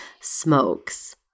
smokes